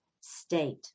state